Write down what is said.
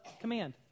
command